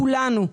כולנו .